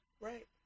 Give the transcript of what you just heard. Right